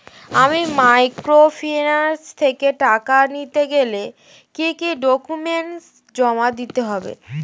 আমি মাইক্রোফিন্যান্স থেকে টাকা নিতে গেলে কি কি ডকুমেন্টস জমা দিতে হবে?